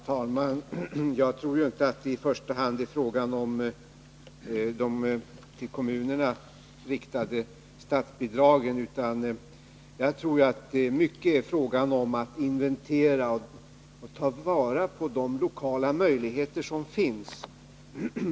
Herr talman! Jag tror inte att det i första hand är fråga om de till kommunerna riktade statsbidragen, utan jag tror att det i hög grad är fråga om att inventera och ta vara på de lokala möjligheter som finns.